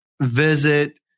visit